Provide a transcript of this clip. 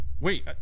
wait